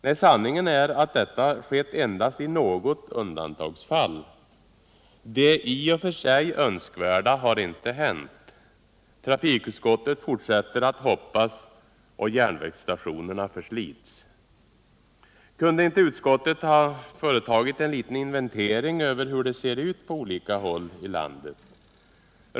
Nej, sanningen är att detta har skett endast i något undantagsfall. Det i och för sig önskvärda har inte hänt. Trafikutskottet fortsätter att hoppas, och järnvägsstationerna förslits. Kunde inte utskottet ha företagit en liten inventering av hur det ser ut på olika håll i landet?